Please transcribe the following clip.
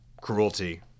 cruelty